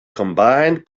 combined